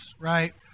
right